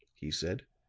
he said.